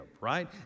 right